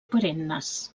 perennes